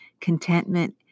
contentment